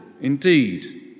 indeed